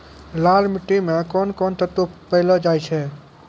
लाल मिट्टी मे कोंन कोंन तत्व पैलो जाय छै?